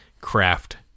craft